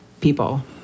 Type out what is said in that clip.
people